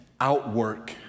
outwork